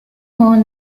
more